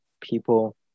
people